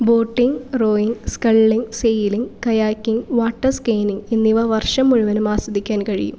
boating rowing sculling sailing kayaking water skiing എന്നിവ വർഷം മുഴുവനും ആസ്വദിക്കാൻ കഴിയും